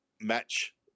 match